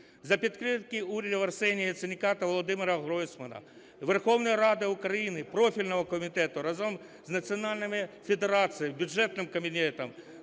За підтримки урядів Арсенія Яценюка та Володимира Гройсмана, Верховної Ради України, профільного комітету, разом з національними федераціями, бюджетним комітетом,